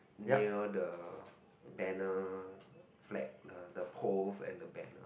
near the banner flag the poles and the banner